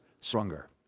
stronger